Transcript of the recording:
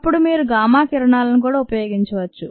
అప్పుడు మీరు గామా కిరణాలను కూడా ఉపయోగించవచ్చు